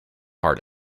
heart